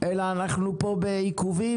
אלא אנחנו פה בעיכובים